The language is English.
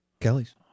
Kelly's